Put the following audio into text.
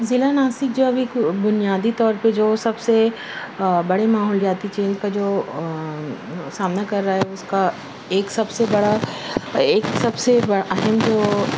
ضلع ناسک جو ابھی بنیادی طور پہ جو سب سے بڑے ماحولیاتی چینج کا جو سامنا کر رہا ہے اس کا ایک سب سے بڑا ایک سب سے بڑا اہم جو